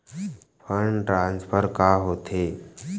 Fund transfer का होथे?